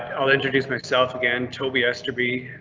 i'll introduce myself again to be ester be.